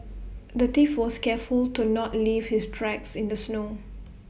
the thief was careful to not leave his tracks in the snow